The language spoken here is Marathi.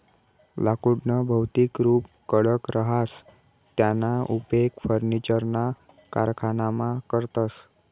लाकुडनं भौतिक रुप कडक रहास त्याना उपेग फर्निचरना कारखानामा करतस